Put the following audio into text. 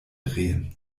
drehen